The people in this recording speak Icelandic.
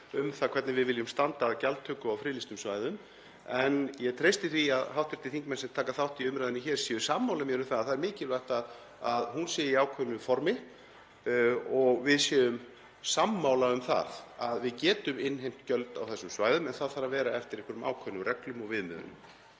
um það hvernig við viljum standa að gjaldtöku á friðlýstum svæðum en ég treysti því að hv. þingmenn sem taka þátt í umræðunni séu sammála mér um það að það er mikilvægt að hún sé í ákveðnu formi og að við séum sammála um það að við getum innheimt gjöld á þessum svæðum en það þurfi að vera eftir einhverjum ákveðnum reglum og viðmiðunum.